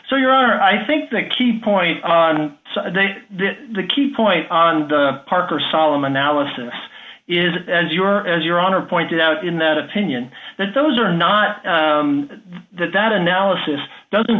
so you're i think the key point on the key point on the parker solemn analysis is that as your as your honor pointed out in that opinion that those are not that that analysis doesn't